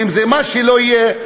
ואם זה מה שזה לא יהיה,